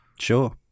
Sure